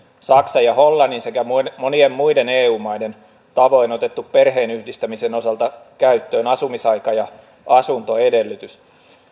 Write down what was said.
saksan ja hollannin sekä monien monien muiden eu maiden tavoin otettu perheenyhdistämisen osalta käyttöön asumisaika ja asuntoedellytys